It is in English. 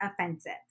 offensive